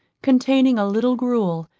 containing a little gruel,